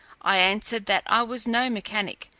i answered, that i was no mechanic,